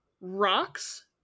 rocks